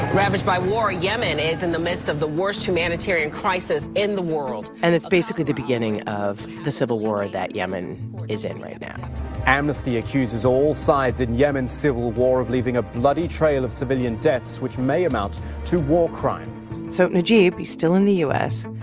ravaged by war, yemen is in the midst of the worst humanitarian crisis in the world and it's basically the beginning of the civil war that yemen is in right now amnesty accuses all sides in yemen's civil war of leaving a bloody trail of civilian deaths, which may amount to war crimes so najeeb he's still in the u s.